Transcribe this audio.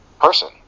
person